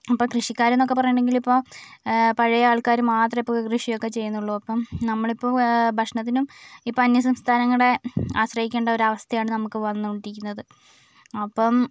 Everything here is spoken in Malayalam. അപ്പോൾ കൃഷിക്കാരെന്നൊക്കെ പറയണമെങ്കിൽ ഇപ്പോൾ പഴയ ആൾക്കാർ മാത്രമേ ഇപ്പോൾ കൃഷിയൊക്കെ ചെയ്യുന്നുള്ളു അപ്പം നമ്മളിപ്പോൾ ഭക്ഷണത്തിനും ഇപ്പോൾ അന്യസംസ്ഥാങ്ങളെ ആശ്രയിക്കേണ്ട ഒരു അവസ്ഥയാണ് നമുക്ക് വന്നോണ്ടിരിക്കുന്നത് അപ്പം